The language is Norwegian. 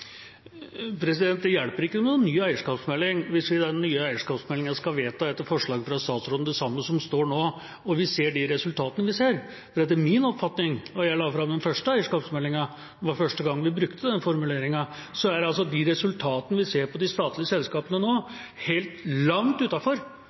Det hjelper ikke med noen ny eierskapsmelding hvis vi i den nye eierskapsmeldingen skal vedta – etter forslag fra statsråden – det samme som står nå, og vi ser de resultatene vi ser. Jeg la fram den første eierskapsmeldingen, det var første gang vi brukte den formuleringen, og etter min oppfatning er resultatene vi ser for de statlige selskapene nå,